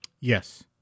Yes